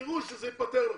ותראו שזה ייפתר.